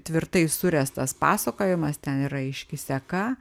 tvirtai suręstas pasakojimas ten yra aiški seka